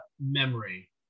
memory